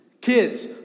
Kids